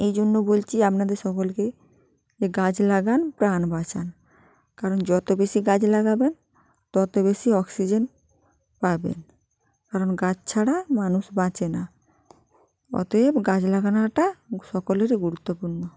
এই জন্য বলছি আপনাদের সকলকে যে গাছ লাগান প্রাণ বাঁচান কারণ যত বেশি গাছ লাগাবেন তত বেশি অক্সিজেন পাবেন কারণ গাছ ছাড়া মানুষ বাঁচে না অতএব গাছ লাগানোটা সকলেরই গুরুত্বপূর্ণ